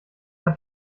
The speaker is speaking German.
hat